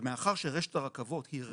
ומאחר שרשת הרכבות היא רשת,